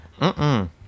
Mm-mm